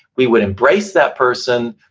we would embrace that person,